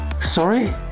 Sorry